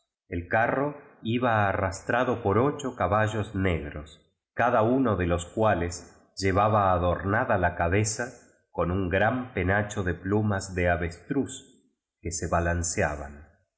el carro iba arrastrado por ocho caballos negros cada uno de los cuales llevaba adornada la cabeza con tm gran penacho de plu mas de avestruz que se balanceaban